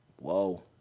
Whoa